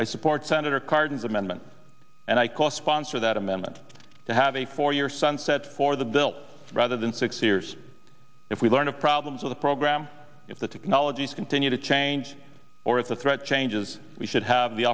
i support senator cardin amendment and i co sponsored that amendment to have a four year sunset for the bill rather than six years if we learned of problems with the program if the technologies continue to change or if the threat changes we should have the